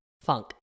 funk